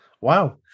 Wow